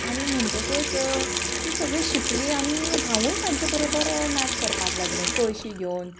आनी म्हणटकच तीं सगळीं शिकलीं आनी हांवूय तांचे बरोबर नाच करपाक लागलें कळशी घेवन